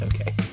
Okay